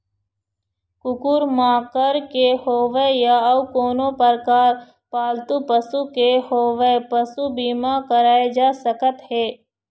कुकुर माकर के होवय या अउ कोनो परकार पालतू पशु के होवय पसू बीमा कराए जा सकत हे